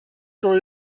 sur